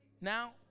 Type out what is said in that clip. Now